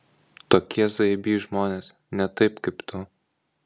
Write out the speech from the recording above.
tokie zajabys žmonės ne taip kaip tu